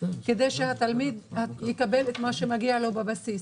כדי שהתלמיד יקבל את מה שמגיע לו בבסיס.